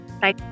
Bye